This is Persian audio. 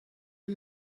این